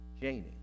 Janie